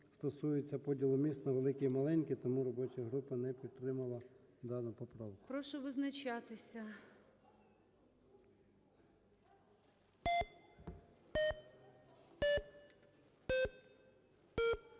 стосуються поділу міст на великі і маленькі, тому робоча група не підтримала дану поправку.